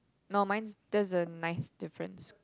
no mine doesn't mine's different